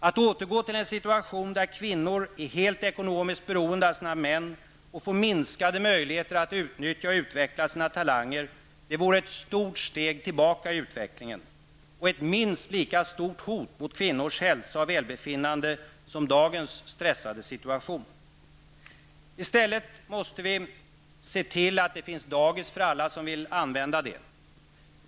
Att återgå till en situation där kvinnor är helt ekonomiskt beroende av sina män och får minskade möjligheter att utnyttja och utveckla sina talanger vore ett stort steg tillbaka i utvecklingen och ett minst lika stort hot mot kvinnors hälsa och välbefinnande som dagens stressade situation. I stället måste vi: * Se till att det finns dagis till alla som vill utnyttja det.